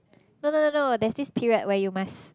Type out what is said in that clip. no no no no there is this period where you must